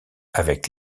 avec